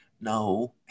no